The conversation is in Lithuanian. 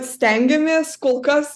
stengiamės kol kas